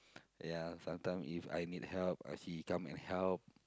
yeah sometime if I need help ah she come and help